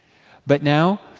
but now,